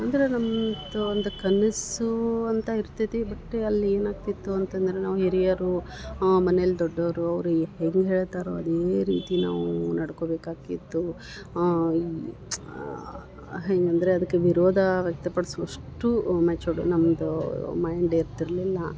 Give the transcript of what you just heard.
ಅಂದ್ರ ನಮ್ದ್ ಒಂದ್ ಕನಸ್ಸೂ ಅಂತ ಇರ್ತೆತಿ ಬಟ್ ಅಲ್ಲಿ ಏನಾಕ್ತಿತ್ತು ಅಂತಂದ್ರ ನಾವ್ ಹಿರಿಯರು ಮನೇಲ್ ದೊಡ್ಡೋರು ಅವ್ರ್ ಹೆಂಗ್ ಹೇಳ್ತರೋ ಅದೇ ರೀತಿ ನಾವು ನಡ್ಕೊಬೇಕಾಕ್ಕಿತ್ತು ಹೆಂಗಂದ್ರ ಅದ್ಕ ವಿರೋಧ ವ್ಯಕ್ತಪಡಿಸೊವಷ್ಟು ಮೆಚುರ್ಡ್ ನಮ್ದು ಮೈಂಡ್ ಇರ್ತಿರಲಿಲ್ಲ